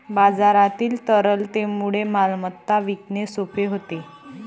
बाजारातील तरलतेमुळे मालमत्ता विकणे सोपे होते